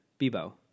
Bibo